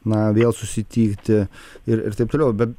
na vėl susitikti ir ir taip toliau bet